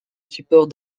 support